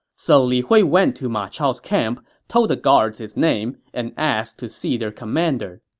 so li hui went to ma chao's camp, told the guards his name, and asked to see their commander